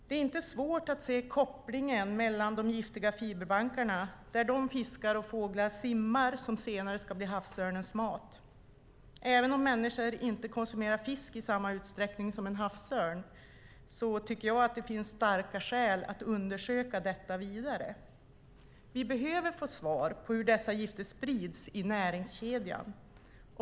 Det är inte svårt att se kopplingen mellan de giftiga fiberbankarna, där de fiskar och fåglar simmar som senare ska bli havsörnens mat. Även om människor inte konsumerar fisk i samma utsträckning som en havsörn tycker jag att det finns starka skäl att undersöka detta vidare. Vi behöver få svar på hur dessa gifter sprids i näringskedjan.